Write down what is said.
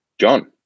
John